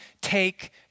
take